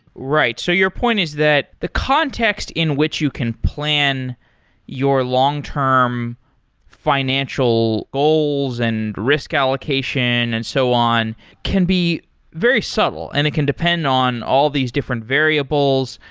right. so your point is that the context in which you plan your long-term financial goals and risk allocation and so on can be very subtle and it can depend on all these different variables.